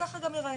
וככה זה גם ייראה.